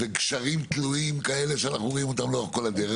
וגשרים תלויים כאלה שאנחנו רואים אותם לאורך כל הדרך.